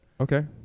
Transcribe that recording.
Okay